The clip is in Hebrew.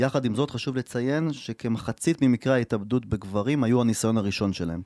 יחד עם זאת, חשוב לציין שכמחצית ממקרה ההתאבדות בגברים היו הניסיון הראשון שלהם